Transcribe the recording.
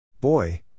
Boy